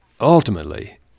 ultimately